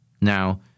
Now